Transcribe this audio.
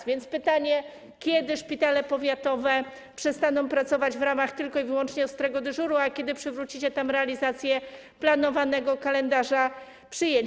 A więc pytanie: Kiedy szpitale powiatowe przestaną pracować w ramach tylko i wyłącznie ostrego dyżuru i kiedy przywrócicie tam realizację planowanego kalendarza przyjęć?